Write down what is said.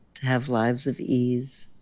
to have lives of ease.